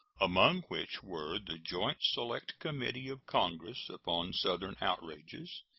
among which were the joint select committee of congress upon southern outrages,